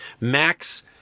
Max